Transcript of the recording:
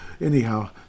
anyhow